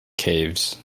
caves